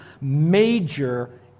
major